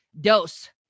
Dose